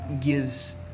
gives